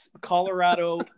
Colorado